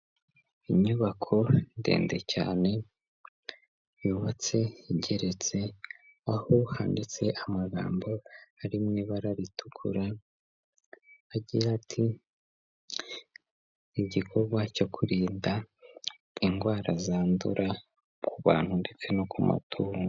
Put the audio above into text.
Inyubako ndende cyane yubatse igeretse aho handitse amagambo ari mu ibara ritukura, agira ati igikorwa cyo kurinda indwara zandura ku bantu ndetse no ku matungo.